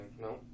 No